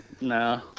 no